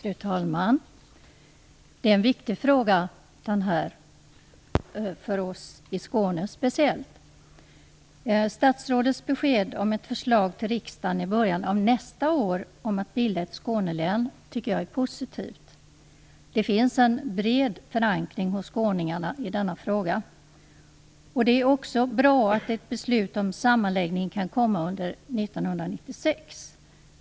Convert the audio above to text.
Fru talman! Det här är en viktig fråga, speciellt för oss i Skåne. Statsrådets besked att det skall lämnas ett förslag till riksdagen i början av nästa år om att bilda ett Skånelän tycker jag är positivt. Det finns en bred förankring hos skåningarna i denna fråga. Det är också bra att ett beslut om sammanläggning kan komma under 1996.